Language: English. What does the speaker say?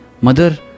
Mother